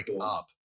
up